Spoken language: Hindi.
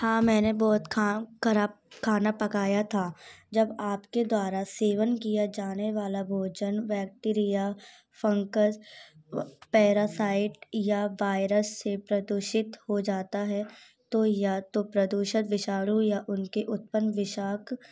हाँ मैंने बहुत खा ख़राब खाना पकाया था जब आपके द्वारा सेवन किया जाने वाला भोजन बैक्टीरीया फंगस व पैरासाइट या वायरस से प्रदूषित हो जाता है तो या तो प्रदूषन विषाणु या उनके उत्पन्न विशाक